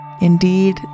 Indeed